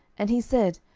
and he said,